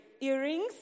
earrings